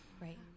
right